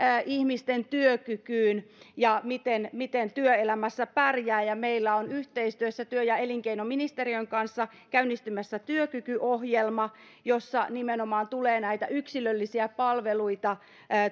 ihmisten työkykyyn ja siihen miten työelämässä pärjää meillä on yhteistyössä työ ja elinkeinoministeriön kanssa käynnistymässä työkykyohjelma jossa nimenomaan tulee näitä yksilöllisiä palveluita